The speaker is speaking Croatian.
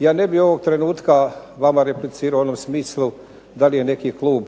Ja ne bi ovog trenutka vama replicirao u onom smislu da li je neki klub